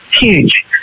huge